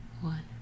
one